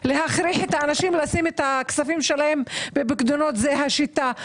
להכריח את האנשים לשים את הכספים שלהם בפקדונות זה השיטה.